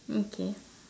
okay